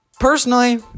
Personally